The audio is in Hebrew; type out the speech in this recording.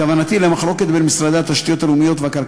כוונתי למחלוקת בין משרד התשתיות הלאומיות ומשרד